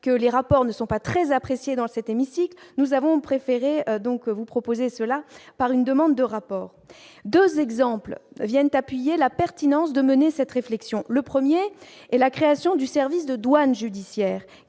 que les rapports ne sont pas très appréciés dans cet hémicycle, nous avons préféré donc vous proposer cela par une demande de rapport 2 exemples viennent appuyer la pertinence de mener cette réflexion, le 1er est la création du service de douane judiciaire